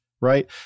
Right